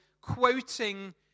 quoting